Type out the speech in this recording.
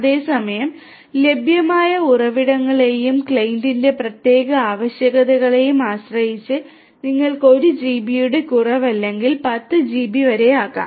അതേസമയം ലഭ്യമായ ഉറവിടങ്ങളെയും ക്ലയന്റിന്റെ പ്രത്യേക ആവശ്യകതകളെയും ആശ്രയിച്ച് നിങ്ങൾക്ക് 1 ജിബിയുടെ കുറവ് അല്ലെങ്കിൽ 10 ജിബി വരെയാകാം